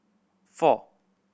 four